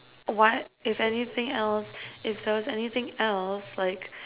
what is anything else if there was anything else like